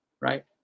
right